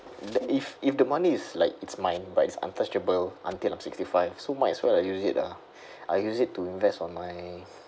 if if the money is like it's mine but it's untouchable until I'm sixty five so might as well I use it lah I use it to invest on my